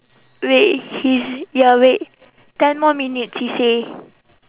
wait he's ya wait ten more minutes he say